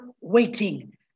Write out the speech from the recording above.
waiting